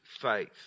faith